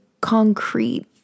concrete